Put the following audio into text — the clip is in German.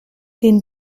den